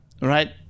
Right